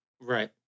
right